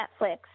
Netflix